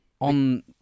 on